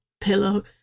pillow